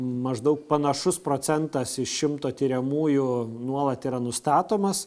maždaug panašus procentas iš šimto tiriamųjų nuolat yra nustatomas